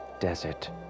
Desert